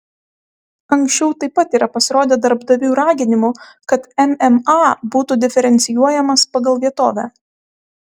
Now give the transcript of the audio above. anksčiau taip pat yra pasirodę darbdavių raginimų kad mma būtų diferencijuojamas pagal vietovę